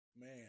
Man